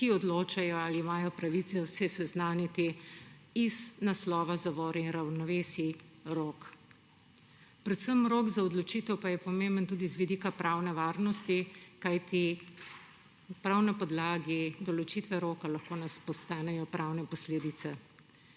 ki odločajo ali imajo pravice seznaniti se iz naslova zavor in ravnovesij, rok. Predvsem pa je rok za odločitev pomemben tudi z vidika pravne varnosti, kajti prav na podlagi določitve roka lahko nastanejo pravne posledice.